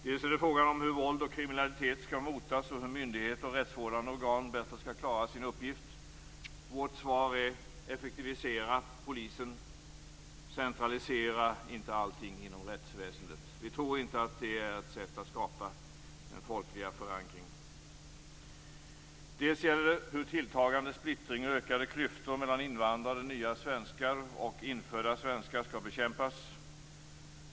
Det handlar också om hur våld och kriminalitet skall motas och hur myndigheter och rättsvårdande organ bättre skall klara sina uppgifter. Vårt svar är att man skall effektivisera polisen och att man inte skall centralisera allt inom rättsväsendet. Vi tror inte att det är ett sätt att skapa en folklig förankring. Det gäller också hur tilltagande splittring och ökade klyftor mellan invandrade nya svenskar och infödda svenskar skall bekämpas.